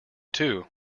too